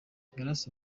grace